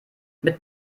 mit